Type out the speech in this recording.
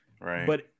Right